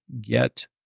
get